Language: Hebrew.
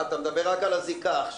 אה, אתה מדבר רק על הזיקה עכשיו?